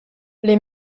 les